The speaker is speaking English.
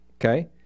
Okay